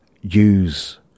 use